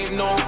no